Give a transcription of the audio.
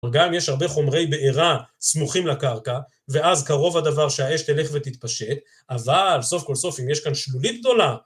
גם יש הרבה חומרי בעירה סמוכים לקרקע, ואז קרוב הדבר שהאש תלך ותתפשט, אבל סוף כל סוף, אם יש כאן שלולית גדולה...